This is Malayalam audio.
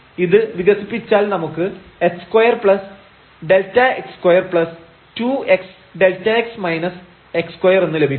ഇത് വികസിപ്പിച്ചാൽ നമുക്ക് x2Δx22xΔx x2 എന്ന് ലഭിക്കും